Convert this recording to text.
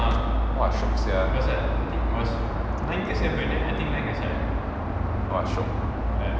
!wah! shiok sia !wah! shiok